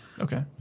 Okay